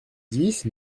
dix